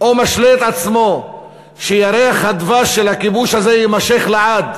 או משלה את עצמו שירח הדבש של הכיבוש הזה יימשך לעד.